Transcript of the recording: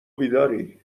بیداری